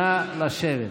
נא לשבת.